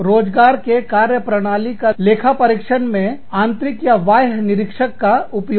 रोजगार के कार्य प्रणाली का लेखा परीक्षण में आंतरिक या बाह्य निरीक्षक का उपयोग